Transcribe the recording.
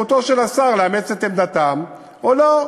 זכותו של השר לאמץ את עמדתם או לא.